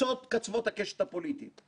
חבר הכנסת בצלאל סמוטריץ,